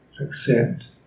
accept